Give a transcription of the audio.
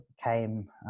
came